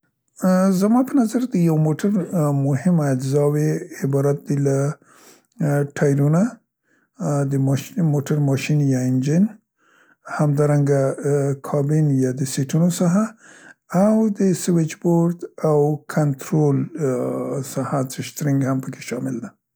زما په نظر د یو موټر مهم اجزاوې عبارت دي له ،ا، ټایرونه، د ماش، موټر ماشین یا انجین همدارنګه کابین یا د سيټونه ساحه او د سویچ بورد او کنترول، ا، ساحه چې شترنګ هم په کې شامل ده.